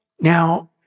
Now